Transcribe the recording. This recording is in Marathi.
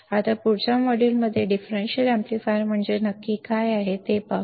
आता पुढच्या मॉड्यूलमध्ये डिफरेंशियल अॅम्प्लीफायर म्हणजे नक्की काय ते पाहू